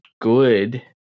good